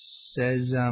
says